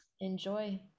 Enjoy